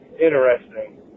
interesting